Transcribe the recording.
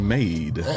Made